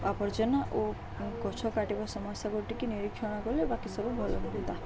ଆବର୍ଜନା ଓ ଗଛ କାଟିବ ସମସ୍ୟାକୁ ଆଉ ଟିକେ ନିରୀକ୍ଷଣ କଲେ ବାକି ସବୁ ଭଲ ହୁଅତ ତା